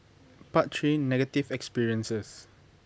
part three negative experiences